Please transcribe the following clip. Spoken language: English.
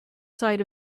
side